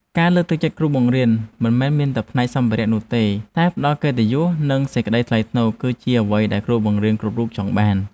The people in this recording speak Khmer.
ការលើកទឹកចិត្តគ្រូបង្រៀនមិនមែនមានតែផ្នែកសម្ភារៈនោះទេតែការផ្តល់កិត្តិយសនិងសេចក្តីថ្លៃថ្នូរគឺជាអ្វីដែលគ្រូគ្រប់រូបចង់បាន។